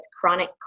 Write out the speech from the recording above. chronic